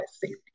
safety